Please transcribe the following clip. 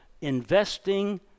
investing